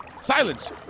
Silence